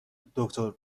دکتر